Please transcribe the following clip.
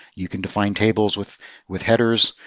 you can define tables with with headers,